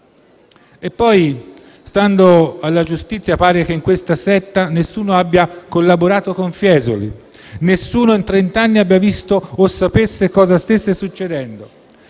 E poi, stando alla giustizia, pare che in questa setta nessuno abbia collaborato con Fiesoli, nessuno, in trent'anni, abbia visto o abbia saputo cosa stesse succedendo.